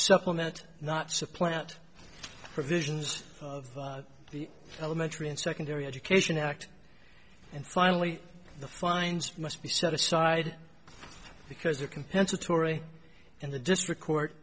supplement not supplant provisions of the elementary and secondary education act and finally the fines must be set aside because the compensatory and the district court